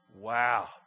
Wow